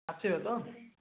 ଆସିବେ ତ